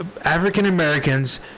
African-Americans